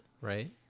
right